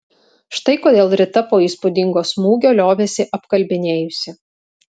štai kodėl rita po įspūdingo smūgio liovėsi apkalbinėjusi